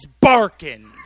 barking